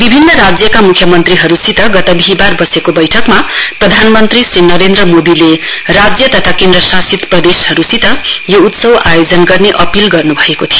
विभिन्न राज्यका मुख्यमन्त्रीहरूसित गत बिहीवार वसेको बैठकमा प्रधानमन्त्री श्री नरेन्द्र मोदीले राज्य तथा केन्द्रशासित प्रदेशहरूसित यो उत्सव आयोजन गर्ने अपील गर्नुभएको थियो